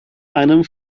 einem